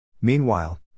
Meanwhile